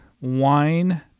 Wine